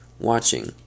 watching